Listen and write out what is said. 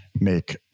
make